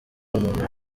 umuntu